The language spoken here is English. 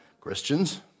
Christians